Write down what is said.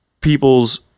people's